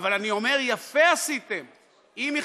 אבל אני אומר: יפה עשיתם,